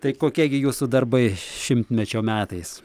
tai kokie gi jūsų darbai šimtmečio metais